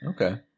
Okay